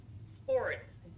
sports